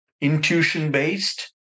intuition-based